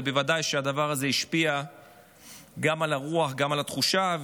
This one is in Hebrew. ובוודאי שהדבר הזה השפיע גם על הרוח וגם על התחושה.